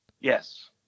Yes